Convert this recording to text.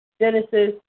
Genesis